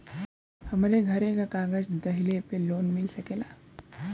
हमरे घरे के कागज दहिले पे लोन मिल सकेला?